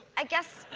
i guess,